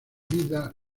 vida